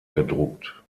gedruckt